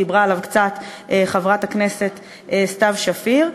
דיברה עליו קצת חברת הכנסת סתיו שפיר,